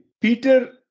Peter